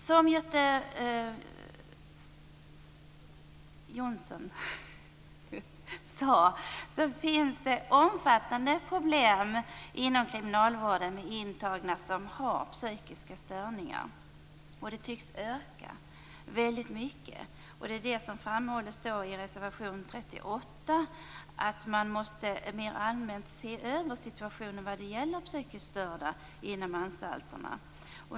Som Göthe Knutson sade finns det omfattande problem inom kriminalvården med intagna som har psykiska störningar. Problemen tycks också öka snabbt. Detta framhålls i reservation 38. Man måste se över situationen mer allmänt för de psykiskt störda inom anstalterna.